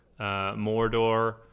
Mordor